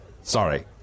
sorry